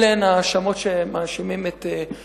אלה הן ההאשמות שמאשימים בהן את חיילינו.